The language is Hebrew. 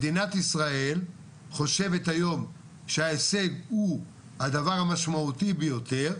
מדינת ישראל חושבת היום שההישג הוא הדבר המשמעותי ביותר.